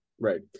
right